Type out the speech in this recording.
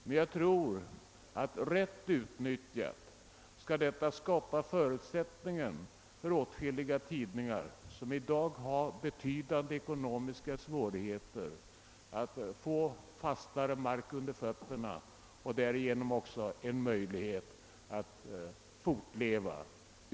Men jag tror att rätt utnyttjat skall detta system skapa förutsättningen för åtskilliga tidningar som i dag har betydande ekonomiska svårigheter att få fastare mark under fötterna och därigenom också en möjlighet att fortleva.